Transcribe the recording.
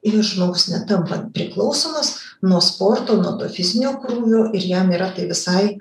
ir žmogus netampa priklausomas nuo sporto nuo to fizinio krūvio ir jam yra tai visai